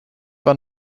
war